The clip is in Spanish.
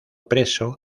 preso